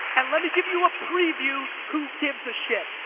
and let me give you a preview who gives a shit.